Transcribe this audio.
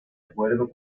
acuerdo